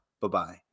Bye-bye